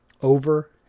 over